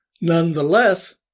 Nonetheless